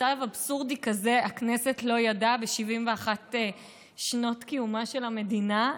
מצב אבסורדי כזה הכנסת לא ידעה ב-71 שנות קיומה של המדינה.